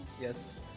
yes